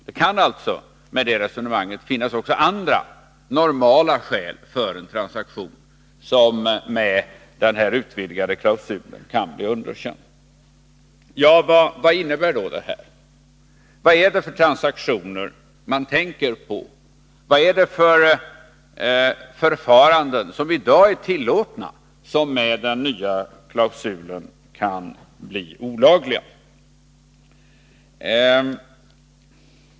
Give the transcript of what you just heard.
Med det uttryckssättet kan det alltså finnas också andra, normala skäl för en transaktion som med denna utvidgade klausul kan bli underkänd. Vad är det för transaktioner ni tänker på? Vilka förfaranden som i dag är tillåtna kan med den nya klausulen bli olagliga?